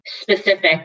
specific